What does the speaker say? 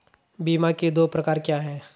बीमा के दो प्रकार क्या हैं?